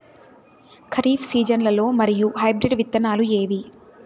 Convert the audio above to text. ఖరీఫ్ సీజన్లలో మంచి హైబ్రిడ్ విత్తనాలు ఏవి